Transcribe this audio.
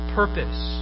purpose